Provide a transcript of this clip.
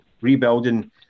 rebuilding